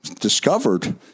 discovered